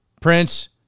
Prince